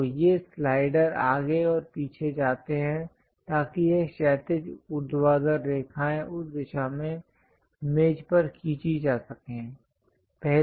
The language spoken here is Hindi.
तो ये स्लाइडर आगे और पीछे जाते हैं ताकि यह क्षैतिज ऊर्ध्वाधर रेखाएं उस दिशा में मेज पर खींची जा सकें